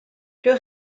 plus